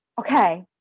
Okay